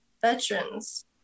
veterans